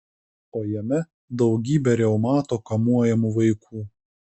o jame daugybė reumato kamuojamų vaikų